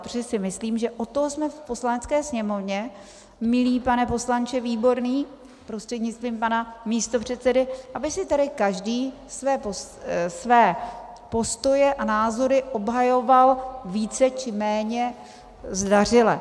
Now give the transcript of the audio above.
Protože si myslím, že od toho jsme v Poslanecké sněmovně, milý pane poslanče Výborný prostřednictvím pana místopředsedy, aby si tady každý své postoje a názory obhajoval více, či méně zdařile.